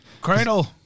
cradle